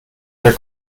der